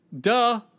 Duh